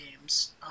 games